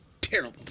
Terrible